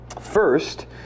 First